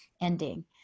ending